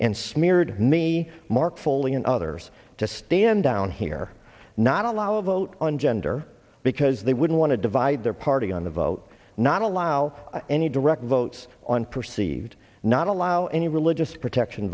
and smeared me mark foley and others to stand down here not allow a vote on gender because they wouldn't want to divide their party on the vote not allow any direct votes on perceived not allow any religious protection